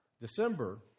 December